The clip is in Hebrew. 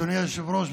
אדוני היושב-ראש,